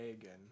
again